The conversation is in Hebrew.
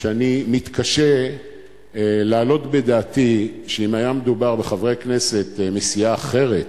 שאני מתקשה להעלות בדעתי שאם היה מדובר בחברי כנסת מסיעה אחרת,